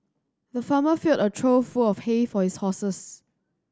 the farmer filled a trough full of hay for his horses